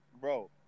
Bro